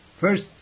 First